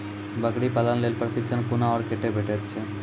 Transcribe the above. बकरी पालन के लेल प्रशिक्षण कूना आर कते भेटैत छै?